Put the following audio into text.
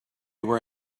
were